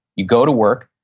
you go to work,